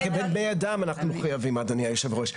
זה כבני אדם אנחנו מחויבים אדוני יושב הראש.